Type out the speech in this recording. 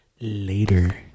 Later